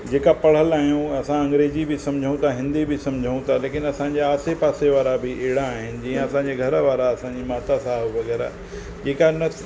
जेका पढ़ियल आहियूं असां अंग्रेजी बि सम्झूं था हिंदी बि सम्झूं था लेकिन असांजे आसे पासे वारा बि अहिड़ा आहिनि जीअं असांजे घर वारा असांजी माता साहिब वग़ैरह जेका न